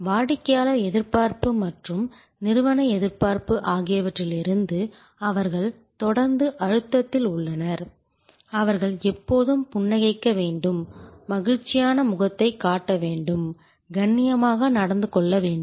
வாடிக்கையாளர் எதிர்பார்ப்பு மற்றும் நிறுவன எதிர்பார்ப்பு ஆகியவற்றிலிருந்து அவர்கள் தொடர்ந்து அழுத்தத்தில் உள்ளனர் அவர்கள் எப்போதும் புன்னகைக்க வேண்டும் மகிழ்ச்சியான முகத்தைக் காட்ட வேண்டும் கண்ணியமாக நடந்து கொள்ள வேண்டும்